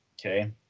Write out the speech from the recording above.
okay